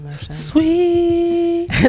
Sweet